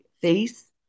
face